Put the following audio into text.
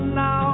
now